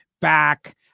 back